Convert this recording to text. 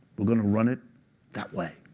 we're going to run it that way.